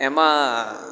એમાં